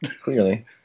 Clearly